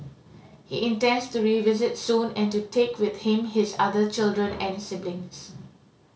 he intends to revisit soon and to take with him his other children and siblings